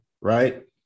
right